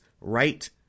right